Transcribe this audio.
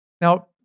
Now